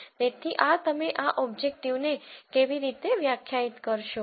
તેથી આ તમે આ ઓબ્જેક્ટિવને કેવી રીતે વ્યાખ્યાયિત કરશો